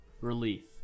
relief